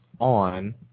on